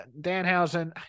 Danhausen